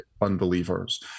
unbelievers